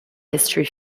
history